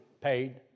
paid